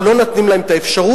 אבל לא נותנים להם את האפשרות.